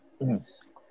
Yes